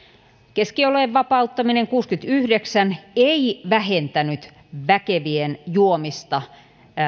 keskioluen vapauttaminen kuusikymmentäyhdeksän ei vähentänyt väkevien juomista